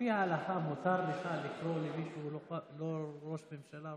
לפי ההלכה מותר לך לקרוא למישהו שהוא לא ראש ממשלה,